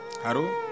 Haru